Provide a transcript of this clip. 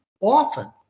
often